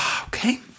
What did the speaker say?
Okay